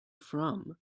from